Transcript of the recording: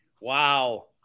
Wow